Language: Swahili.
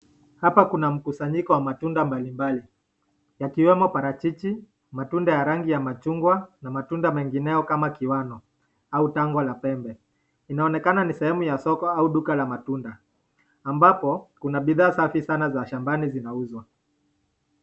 Hapa kuna mkusanyiko wa matunda mbalimbali yakiwemo parachichi, matunda ya rangi ya machungwa na matunda mengineo kama kiwano au tango la pembe. Inaonekana ni sehemu ya soko au duka la matunda ambapo kuna bidhaa safi sana za shambani zinauzwa.